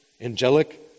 angelic